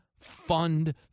fund